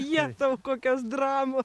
jetau kokios dramos